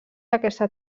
aquesta